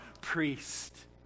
priest